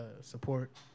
support